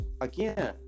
again